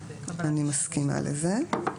אני מסכימה לזה.